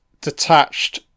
detached